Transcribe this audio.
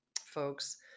folks